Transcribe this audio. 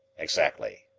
exactly.